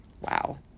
Wow